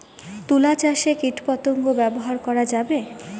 তুলা চাষে কীটপতঙ্গ ব্যবহার করা যাবে?